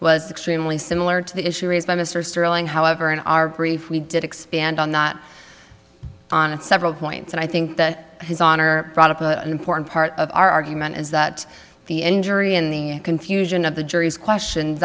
was extremely similar to the issue raised by mr sterling however in our brief we did expand on not on several points and i think that his honor an important part of our argument is that the injury and the confusion of the jury's question